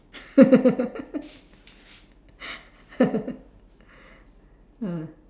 ah